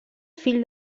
fill